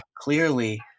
Clearly